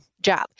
job